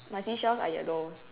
my seashells are yellow